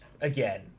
again